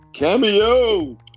cameo